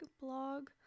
blog